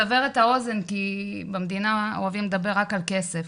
לסבר את האוזן, כי במדינה אוהבים לדבר רק על כסף.